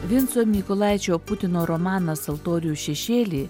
vinco mykolaičio putino romanas altorių šešėly